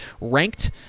ranked